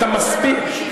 אתה מספיק,